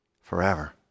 forever